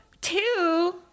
Two